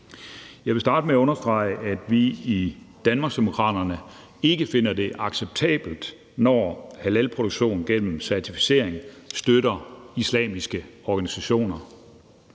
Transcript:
Jeg vil starte med at understrege, at vi i Danmarksdemokraterne ikke finder det acceptabelt, når halalproduktion gennem en certificering støtter islamiske organisationer.